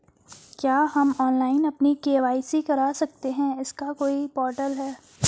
क्या हम ऑनलाइन अपनी के.वाई.सी करा सकते हैं इसका कोई पोर्टल है?